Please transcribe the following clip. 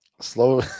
Slow